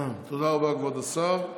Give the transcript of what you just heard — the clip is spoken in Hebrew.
תודה רבה, כבוד השר.